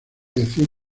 decir